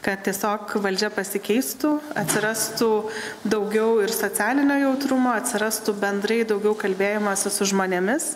kad tiesiog valdžia pasikeistų atsirastų daugiau ir socialinio jautrumo atsirastų bendrai daugiau kalbėjimosi su žmonėmis